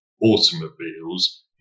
automobiles